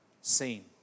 seen